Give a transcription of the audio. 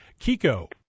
Kiko